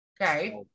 okay